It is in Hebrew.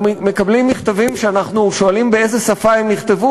אנחנו מקבלים מכתבים שאנחנו שואלים באיזו שפה הם נכתבו,